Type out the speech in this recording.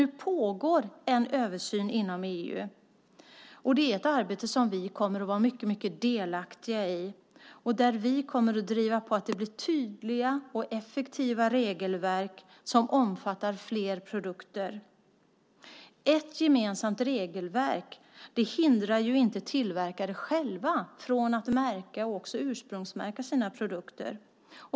Nu pågår en översyn inom EU, och det är ett arbete som vi kommer att vara mycket delaktiga i och där vi kommer att driva på för att det ska bli tydliga och effektiva regelverk som omfattar fler produkter. Ett gemensamt regelverk hindrar inte tillverkare att själva märka och ursprungsmärka sina produkter.